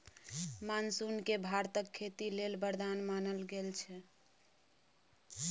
monsoon केँ भारतक खेती लेल बरदान मानल गेल छै